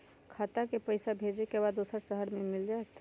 खाता के पईसा भेजेए के बा दुसर शहर में मिल जाए त?